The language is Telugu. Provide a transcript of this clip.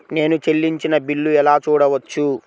నేను చెల్లించిన బిల్లు ఎలా చూడవచ్చు?